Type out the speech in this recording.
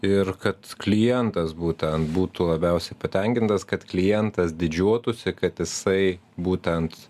ir kad klientas būtent būtų labiausiai patenkintas kad klientas didžiuotųsi kad jisai būtent